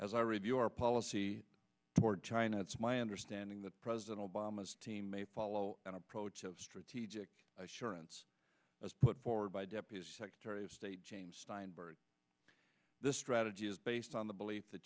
as i review our policy toward china it's my understanding that president obama's team may follow an approach of strategic assurance as put forward by deputy secretary of state james steinberg this strategy is based on the belief that